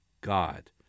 God